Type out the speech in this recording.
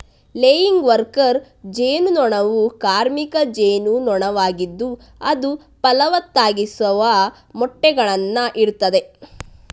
laying worker ಜೇನು ನೊಣವು ಕಾರ್ಮಿಕ ಜೇನು ನೊಣವಾಗಿದ್ದು ಅದು ಫಲವತ್ತಾಗಿಸದ ಮೊಟ್ಟೆಗಳನ್ನ ಇಡ್ತದೆ